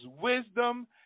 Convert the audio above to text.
wisdom